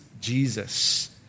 Jesus